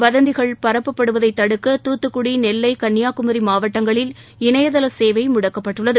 வதந்திகள் பரப்பப்படுவதை தடுக்க தூத்துக்குடி நெல்லை கன்னியாகுமரி மாவட்டங்களில் இணையதள சேவை முடக்கப்பட்டுள்ளது